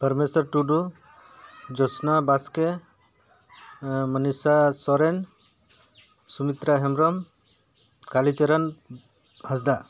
professor Tudu Jyotsna Baske Manisha Soren Sumitra Hembrom Kalicharan Hansda